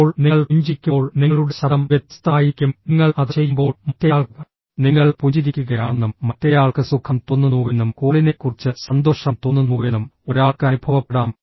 ഇപ്പോൾ നിങ്ങൾ പുഞ്ചിരിക്കുമ്പോൾ നിങ്ങളുടെ ശബ്ദം വ്യത്യസ്തമായിരിക്കും നിങ്ങൾ അത് ചെയ്യുമ്പോൾ മറ്റേയാൾക്ക് നിങ്ങൾ പുഞ്ചിരിക്കുകയാണെന്നും മറ്റേയാൾക്ക് സുഖം തോന്നുന്നുവെന്നും കോളിനെക്കുറിച്ച് സന്തോഷം തോന്നുന്നുവെന്നും ഒരാൾക്ക് അനുഭവപ്പെടാം